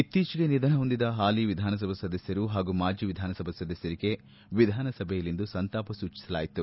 ಇತ್ತೀಚೆಗೆ ನಿಧನ ಹೊಂದಿದ ಪಾಲಿ ವಿಧಾನಸಭಾ ಸದಸ್ಕರು ಹಾಗೂ ಮಾಜಿ ವಿಧಾನಸಭಾ ಸದಸ್ಕರಿಗೆ ವಿಧಾನಸಭೆಯಲ್ಲಿಂದು ಸಂತಾಪ ಸೂಚಿಸಲಾಯಿತು